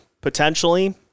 potentially